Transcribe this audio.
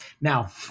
now